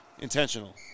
intentional